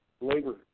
labor